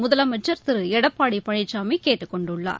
முதலமைச்சர் திரு எடப்பாடி பழனிசாமி கேட்டுக் கொண்டுள்ளார்